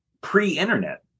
pre-internet